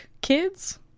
Kids